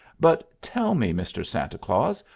but tell me, mr. santa claus,